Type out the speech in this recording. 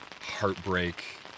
heartbreak